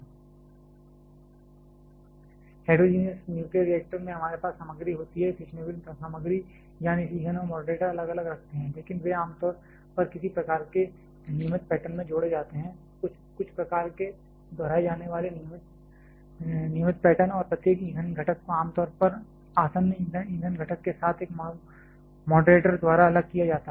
heterogeneous nuclear reactor में हमारे पास सामग्री होती है फिशनेबल सामग्री यानी ईंधन और मॉडरेटर अलग अलग रखते हैं लेकिन वे आम तौर पर किसी प्रकार के नियमित पैटर्न में जोड़े जाते हैं कुछ प्रकार के दोहराए जाने वाले नियमित पैटर्न और प्रत्येक ईंधन घटक को आम तौर पर आसन्न ईंधन घटक के साथ एक मॉडरेटर द्वारा अलग किया जाता है